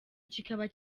kikaba